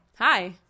Hi